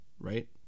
Right